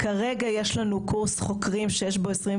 כרגע יש לנו קורס חוקרים שיש בו 21